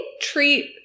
treat